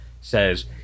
says